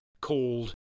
called